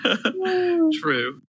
True